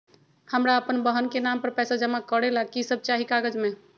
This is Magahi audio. हमरा अपन बहन के नाम पर पैसा जमा करे ला कि सब चाहि कागज मे?